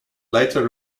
later